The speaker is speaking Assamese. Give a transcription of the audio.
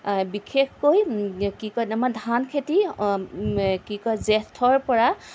বিশেষকৈ কি কয় আমাৰ ধান খেতি কি কয় জেঠৰ পৰা